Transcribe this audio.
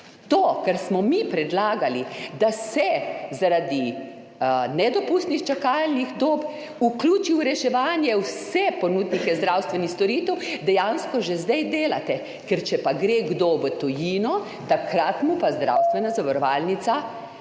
to, kar smo mi predlagali, da se zaradi nedopustnih čakalnih dob vključi v reševanje vse ponudnike zdravstvenih storitev, dejansko že zdaj delate, ker če pa gre kdo v tujino, takrat mu pa zdravstvena zavarovalnica